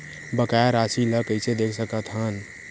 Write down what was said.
बकाया राशि ला कइसे देख सकत हान?